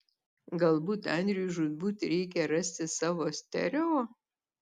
galbūt andriui žūtbūt reikia rasti savo stereo